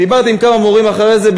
ודיברתי עם כמה מורים אחרי זה,